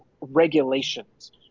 regulations